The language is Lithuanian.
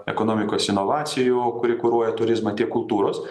ekonomikos inovacijų kuri kuruoja turizmą tiek kultūros